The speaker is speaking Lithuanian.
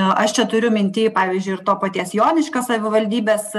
aš čia turiu minty pavyzdžiui ir to paties joniškio savivaldybės